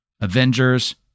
Avengers